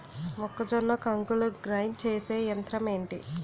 మొక్కజొన్న కంకులు గ్రైండ్ చేసే యంత్రం ఏంటి?